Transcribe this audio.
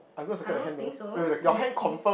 I don't think so it it